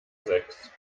sechs